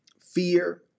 fear